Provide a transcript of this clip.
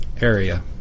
area